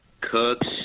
Cooks